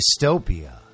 dystopia